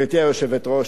גברתי היושבת-ראש,